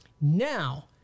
Now